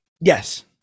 yes